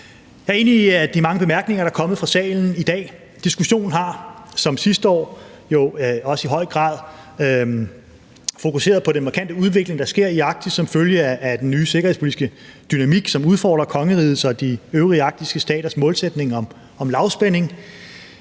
Jeg er enig i de mange bemærkninger, der er kommet fra salen i dag. Diskussionen har som sidste år jo også i høj grad fokuseret på den markante udvikling, der sker i Arktis som følge af den nye sikkerhedspolitiske dynamik, som udfordrer kongerigets og de øvrige arktiske staters målsætning om lavspænding.